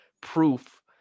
proof